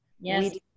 Yes